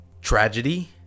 Tragedy